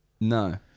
No